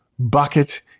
Bucket